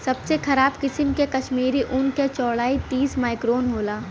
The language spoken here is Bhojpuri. सबसे खराब किसिम के कश्मीरी ऊन क चौड़ाई तीस माइक्रोन होला